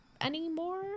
anymore